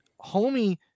homie